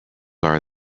are